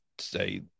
say